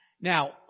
Now